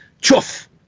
Chuff